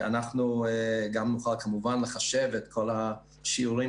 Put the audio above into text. אנחנו גם נוכל כמובן לחשב את כל השיעורים